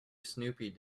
snoopy